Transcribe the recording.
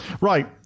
Right